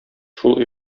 шул